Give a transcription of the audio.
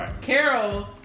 Carol